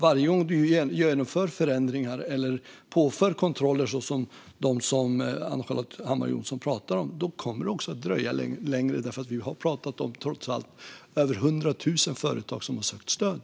Varje gång man gör en förändring eller påför kontroller som dem som Ann-Charlotte Hammar Johnsson talar om blir det en fördröjning. Det är trots allt över hundra tusen företag som har sökt stöd.